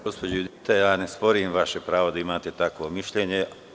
Gospođo Judita, ja ne sporim vaše pravo da imate takvo mišljenje.